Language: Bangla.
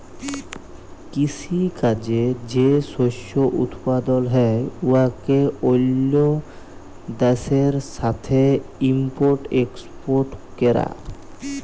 কিসি কাজে যে শস্য উৎপাদল হ্যয় উয়াকে অল্য দ্যাশের সাথে ইম্পর্ট এক্সপর্ট ক্যরা